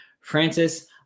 Francis